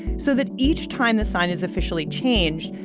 so that each time the sign is officially changed,